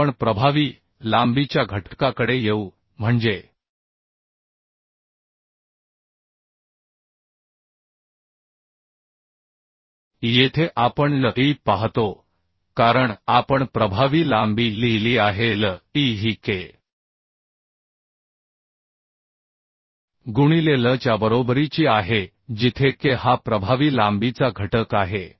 मग आपण प्रभावी लांबीच्या घटकाकडे येऊ म्हणजे येथे आपण L e पाहतो कारण आपण प्रभावी लांबी लिहिली आहे L e ही K गुणिले L च्या बरोबरीची आहे जिथे K हा प्रभावी लांबीचा घटक आहे